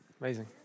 Amazing